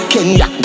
Kenya